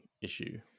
issue